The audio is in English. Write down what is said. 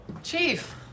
Chief